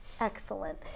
Excellent